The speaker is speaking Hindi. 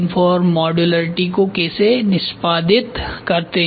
डिज़ाइन फॉर मॉडुलरिटी को कैसे निष्पादित करते हैं